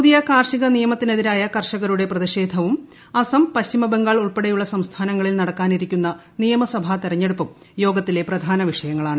പുതിയ കാർഷിക നിയമത്തിനെതിരായ കർഷകരുടെ പ്രതിഷേധവും അസ്സം പശ്ചിമ ബംഗാൾ ഉൾപ്പെടെയുള്ള സംസ്ഥാനങ്ങളിൽ നടക്കാനിരിക്കുന്ന നിയമസഭാ തെരഞ്ഞെടുപ്പും യോഗത്തിലെ പ്രധാന വിഷയങ്ങളാണ്